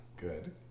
Good